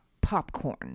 popcorn